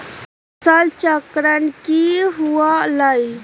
फसल चक्रण की हुआ लाई?